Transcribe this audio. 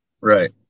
Right